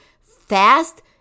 fast